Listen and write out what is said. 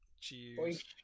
Cheers